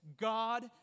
God